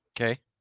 Okay